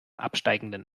absteigenden